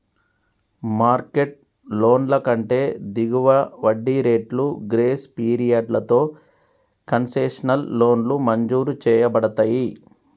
market లోన్ల కంటే దిగువ వడ్డీ రేట్లు, గ్రేస్ పీరియడ్లతో కన్సెషనల్ లోన్లు మంజూరు చేయబడతయ్